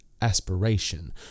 aspiration